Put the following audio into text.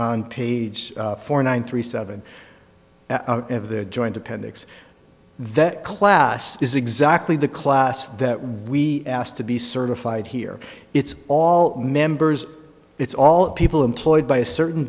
on page four nine three seven of the joint appendix that class is exactly the class that we asked to be certified here it's all members it's all people employed by a certain